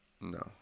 no